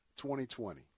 2020